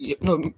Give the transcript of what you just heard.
no